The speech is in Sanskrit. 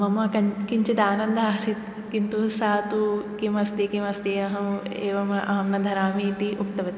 मम कं किञ्चित् आनन्दः आसीत् किन्तु सा तु किमस्ति किमस्ति अहम् एवम् अहं न धरामीति उक्तवती